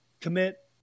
commit